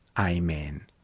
Amen